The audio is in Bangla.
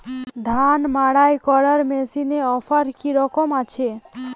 ধান মাড়াই করার মেশিনের অফার কী রকম আছে?